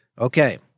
Okay